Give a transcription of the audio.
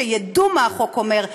שידעו מה החוק אומר,